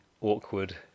awkward